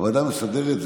הוועדה המסדרת.